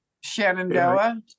Shenandoah